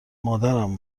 مادرم